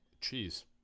Cheese